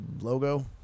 Logo